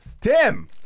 Tim